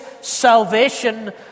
salvation